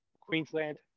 Queensland